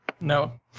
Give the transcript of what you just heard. No